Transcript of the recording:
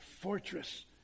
fortress